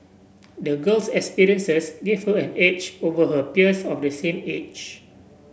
the girl's experiences gave her an edge over her peers of the same age